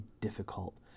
difficult